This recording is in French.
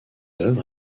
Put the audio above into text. œuvre